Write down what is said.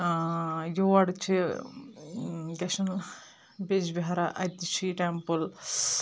یور چھِ کیاہ چھِ وَنان بِیٚج بِہارا اَتہِ چھُ یہِ ٹیمپٕل